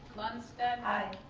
lundsted. aye.